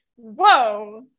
whoa